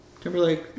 Timberlake